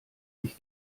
ich